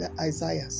Isaiah